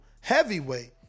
heavyweight